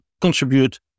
contribute